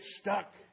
stuck